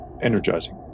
energizing